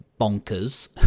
bonkers